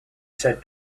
said